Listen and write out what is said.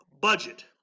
budget